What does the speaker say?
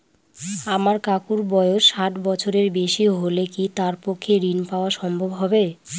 আমার কাকুর বয়স ষাট বছরের বেশি হলে কি তার পক্ষে ঋণ পাওয়া সম্ভব হবে?